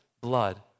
blood